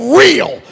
real